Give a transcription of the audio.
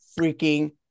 freaking